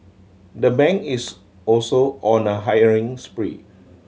the bank is also on a hiring spree